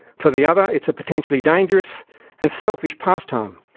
for the other, it's a potentially dangerous and selfish pastime.